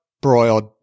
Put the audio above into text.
broiled